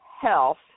health